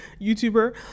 YouTuber